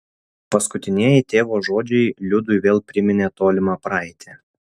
paskutinieji tėvo žodžiai liudui vėl priminė tolimą praeitį